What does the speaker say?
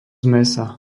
mäsa